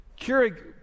Keurig